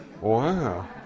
Wow